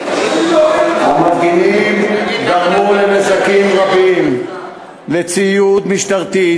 המפגינים גרמו נזקים רבים לציוד משטרתי,